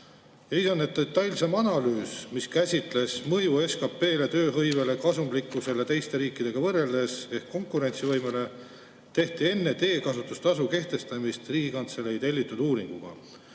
siin nii, et detailsem analüüs, mis käsitles mõju SKP‑le, tööhõivele ja kasumlikkusele teiste riikidega võrreldes ehk konkurentsivõimele, tehti enne teekasutustasu kehtestamist ja Riigikantselei tellitud uuringuga.